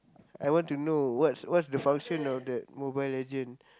I want to know what's what's the function of that Mobile-Legend